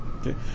Okay